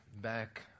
back